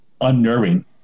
unnerving